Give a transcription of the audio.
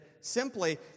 simply